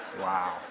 Wow